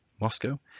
Moscow